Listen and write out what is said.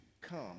come